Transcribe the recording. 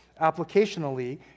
Applicationally